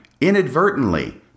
inadvertently